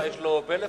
יש לו פלאפון?